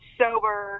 sober